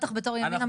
בטח בתור ימינה,